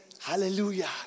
Hallelujah